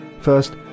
First